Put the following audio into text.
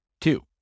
Two